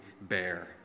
bear